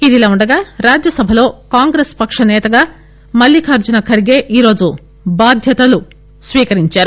ఇదిలావుండగా రాజ్యసభలో కాంగ్రెస్ పక్ష నేతగా మల్లిఖార్జున్ ఖర్గే ఈరోజు బాధ్యతలు స్పీకరించారు